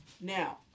Now